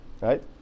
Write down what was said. Right